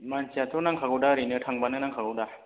मानसियाथ' नांखागौ दा ओरैनो थांब्लानो नांखागौ दा